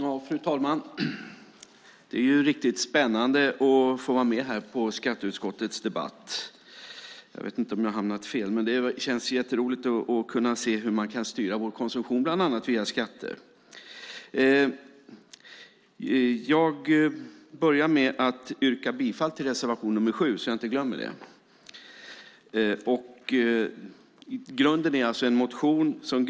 Fru talman! Det är riktigt spännande att få vara med här i skatteutskottets debatt. Jag vet inte om jag har hamnat fel, men det känns jätteroligt att se hur man kan styra vår konsumtion bland annat via skatter. Jag börjar med att yrka bifall till reservation 7 så att jag inte glömmer det.